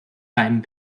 beim